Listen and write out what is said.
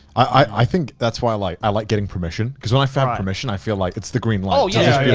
i think that's why i like, i like getting permission. cause when i found permission i feel like it's the green light. oh yeah, yeah.